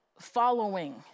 following